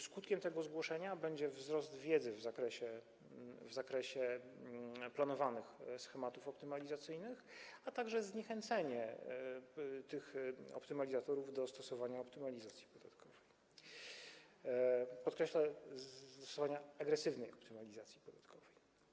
Skutkiem tego zgłoszenia będzie wzrost wiedzy w zakresie planowanych schematów optymalizacyjnych, a także zniechęcenie tych optymalizatorów do stosowania optymalizacji podatkowej, podkreślę sformułowanie: agresywnej optymalizacji podatkowej.